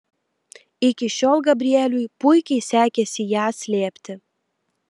iki šiol gabrieliui puikiai sekėsi ją slėpti